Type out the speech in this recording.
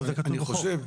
זה כבר כתוב בחוק.